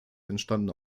entstandene